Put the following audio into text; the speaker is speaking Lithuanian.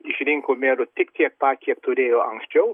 išrinko merų tik tiek pat kiek turėjo anksčiau